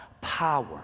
power